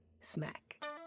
Smack